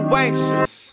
anxious